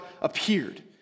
appeared